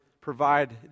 provide